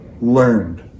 learned